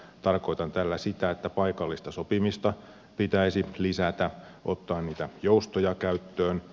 tarkoitan tällä sitä että paikallista sopimista pitäisi lisätä ottaen niitä joustoja käyttöön